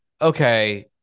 okay